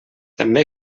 també